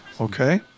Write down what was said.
Okay